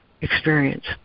experience